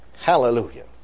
Hallelujah